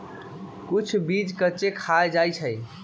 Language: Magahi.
कुछ बीज कच्चे खाल जा हई